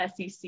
SEC